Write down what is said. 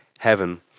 heaven